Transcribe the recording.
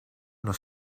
los